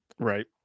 Right